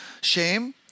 shame